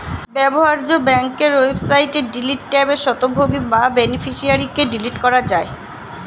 ব্যবহার্য ব্যাংকের ওয়েবসাইটে ডিলিট ট্যাবে স্বত্বভোগী বা বেনিফিশিয়ারিকে ডিলিট করা যায়